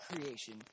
creation